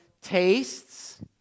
tastes